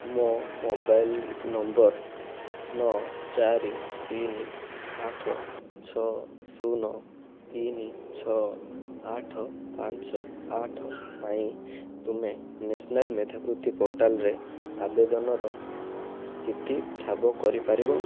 ମୋ mobile number ନ ଚାରି ତିନି ଆଠ ଛ ସୁନ ତିନି ଛ ଆଠ ପାଞ୍ଚ ଆଠ ପାଇଁ ତୁମେ ନ୍ୟାସନାଲ ମେଧାବୃତ୍ତି ପୋର୍ଟାଲରେ ଆବେଦନର ସ୍ଥିତି ଠାବ କରି ପାରିବ